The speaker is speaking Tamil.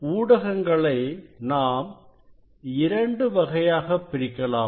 ஊடகங்களை நாம் இரண்டு வகையாகப் பிரிக்கலாம்